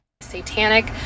satanic